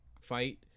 fight